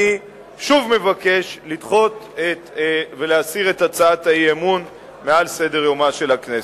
אני שוב מבקש לדחות ולהסיר את הצעת האי-אמון מעל סדר-יומה של הכנסת.